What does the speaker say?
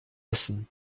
essen